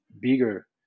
bigger